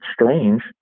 strange